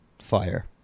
fire